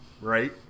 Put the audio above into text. right